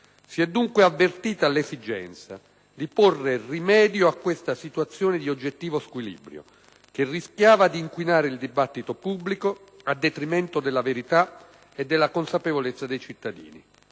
Si è dunque avvertita l'esigenza di porre rimedio a questa situazione di oggettivo squilibrio che rischiava di inquinare il dibattito pubblico, a detrimento della verità e della consapevolezza dei cittadini.